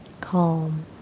calm